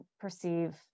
perceive